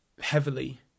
heavily